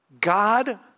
God